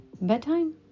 Bedtime